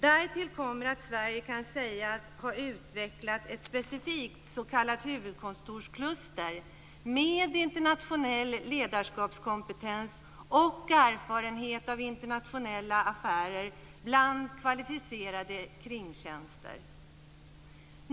Därtill kommer att Sverige kan sägas ha utvecklat ett specifikt s.k. huvudkontorskluster med internationell ledarskapskompetens och erfarenhet av internationella affärer i kombination med kvalificerade kringtjänster.